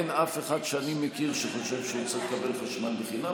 אין אף אחד שאני מכיר שחושב שהוא צריך לקבל חשמל בחינם,